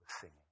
singing